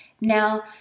Now